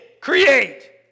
create